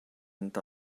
thought